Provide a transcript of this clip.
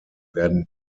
werden